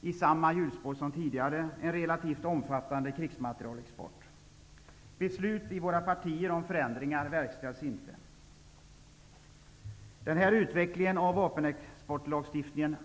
i samma hjulspår som tidigare, med en relativt omfattande krigsmaterielexport. Beslut i partierna om förändringar verkställs inte. Jag kan inte ställa upp på den här utvecklingen av vapenexportlagstiftningen.